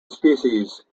species